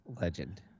Legend